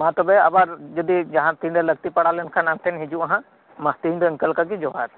ᱢᱟ ᱛᱚᱵᱮ ᱟᱵᱟᱨ ᱡᱚᱫᱤ ᱡᱟᱦᱟᱸ ᱛᱤᱱᱨᱮ ᱞᱟᱹᱠᱛᱤ ᱯᱟᱲᱟᱣ ᱞᱮᱱᱠᱷᱟᱱ ᱟᱢᱴᱷᱮᱱᱤᱧ ᱦᱤᱡᱩᱜᱼᱟ ᱦᱟᱸᱜ ᱛᱮᱹᱦᱮᱹᱧ ᱫᱚ ᱚᱱᱠᱟ ᱞᱮᱠᱟᱜᱮ ᱡᱚᱦᱟᱨ